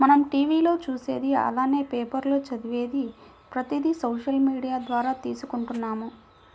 మనం టీవీ లో చూసేది అలానే పేపర్ లో చదివేది ప్రతిది సోషల్ మీడియా ద్వారా తీసుకుంటున్నాము